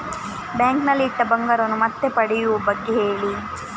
bank ನಲ್ಲಿ ಇಟ್ಟ ಬಂಗಾರವನ್ನು ಮತ್ತೆ ಪಡೆಯುವ ಬಗ್ಗೆ ಹೇಳಿ